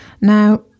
Now